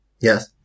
Yes